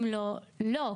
אם לא, לא.